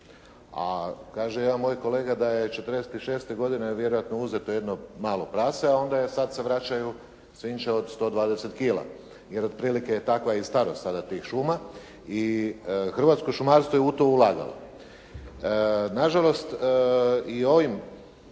A kaže jedan moj kolega da je 46. vjerojatno uzeto jedno malo prase a onda se vraća svinjče od 120 kila jer otprilike je takva i starost sada tih šuma. I hrvatsko šumarstvo je u to ulagalo. Nažalost, i ovim